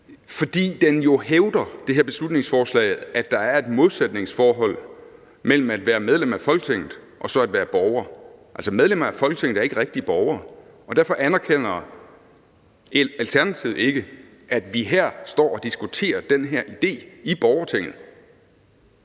her beslutningsforslag jo hævder, at der er et modsætningsforhold mellem at være medlem af Folketinget og så at være borger: Altså, medlemmer af Folketinget er ikke rigtige borgere, og derfor anerkender Alternativet ikke, at vi står her og diskuterer den her idé i borgertinget.